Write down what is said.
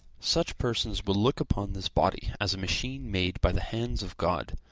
such persons will look upon this body as machine made by the hands of god,